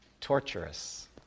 torturous